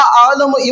Alam